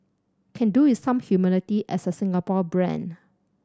can do with some humility as a Singapore brand